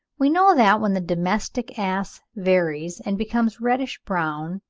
we know that, when the domestic ass varies and becomes reddish-brown,